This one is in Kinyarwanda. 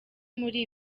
muri